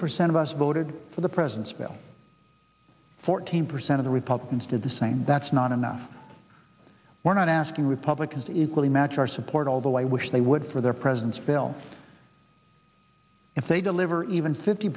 percent of us voted for the president's bill fourteen percent of the republicans did the same that's not enough we're not asking republicans equally match our support although i wish they would for their presidents bill if they deliver even fifty